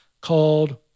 called